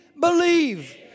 believe